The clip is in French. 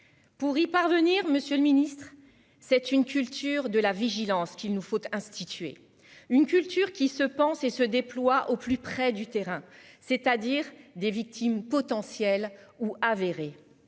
Pour y parvenir, Monsieur le Ministre. C'est une culture de la vigilance qu'il nous faut instituer une culture qui se pense et se déploie au plus près du terrain, c'est-à-dire des victimes potentielles ou avérées.